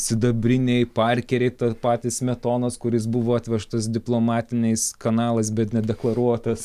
sidabriniai parkeriai ta patys smetonos kuris buvo atvežtas diplomatiniais kanalais bet nedeklaruotas